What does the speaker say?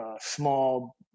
small